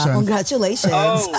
Congratulations